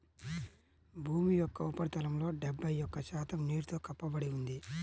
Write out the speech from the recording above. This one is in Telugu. భూమి యొక్క ఉపరితలంలో డెబ్బై ఒక్క శాతం నీటితో కప్పబడి ఉంది